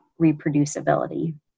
reproducibility